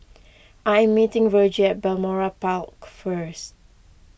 I am meeting Virgie at Balmoral Park first